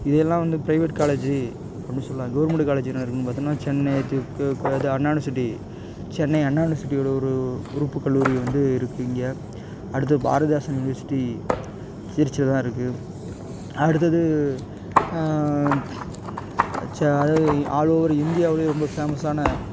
இதெல்லாம் வந்து private college அப்படி சொல்லாம் கவுர்மெண்டு காலேஜ் என்னென்ன இருக்குன்னு பார்த்தோம்னா சென்னை து கு இது அண்ணா யுனிவர்சிட்டி சென்னை அண்ணா யுனிவர்சிட்டி ஒரு ஒரு உறுப்பு கல்லூரி வந்து இருக்கு இங்கே அடுத்து பாரதிதாசன் யுனிவர்சிட்டி திருச்சியில தான் இருக்கு அடுத்தது சா அதாவது ஆல் ஓவர் இந்தியாவில் ரொம்ப ஃபேமஸான